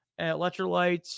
electrolytes